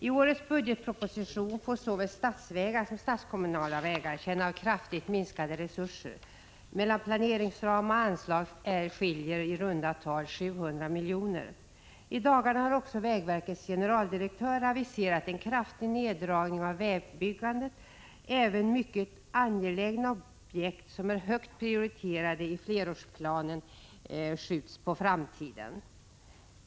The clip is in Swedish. I årets budgetproposition får såväl statsvägar som statskommunala vägar känna av kraftigt minskade resurser. Mellan planeringsram och anslag är skillnaden i runda tal 700 milj.kr. I dagarna har också vägverkets generaldirektör aviserat en kraftig neddragning av vägbyggandet. Även mycket angelägna objekt som är högt prioriterade i flerårsplanen skjuts på framtiden.